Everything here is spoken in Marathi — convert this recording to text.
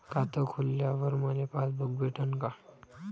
खातं खोलल्यावर मले पासबुक भेटन का?